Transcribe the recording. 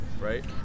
right